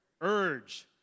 Urge